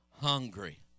hungry